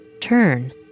turn